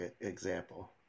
example